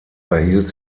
verhielt